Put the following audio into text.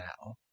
now